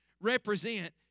represent